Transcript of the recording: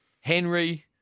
Henry